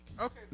Okay